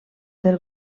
del